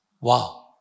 Wow